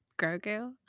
Grogu